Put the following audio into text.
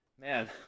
man